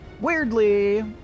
weirdly